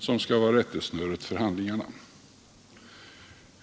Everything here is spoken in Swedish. som skulle vara rättesnöret för handlingarna.